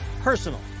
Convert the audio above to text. personal